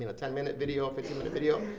and ten minute video, fifteen minute video,